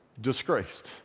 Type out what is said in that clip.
Disgraced